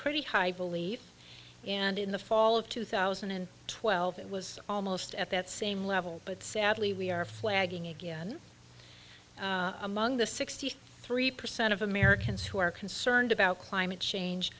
pretty high believe and in the fall of two thousand and twelve it was almost at that same level but sadly we are flagging again among the sixty three percent of americans who are concerned about climate change